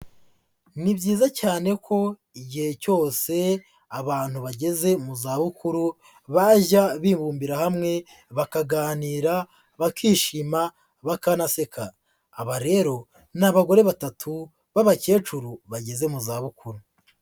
Ni byiza cyane ko igihe cyose abantu bageze mu za bukuru bajya bibumbira hamwe bakaganira bakishima bakanaseka. Aba rero ni abagore batatu b'abakecuru bageze mu za bukuru.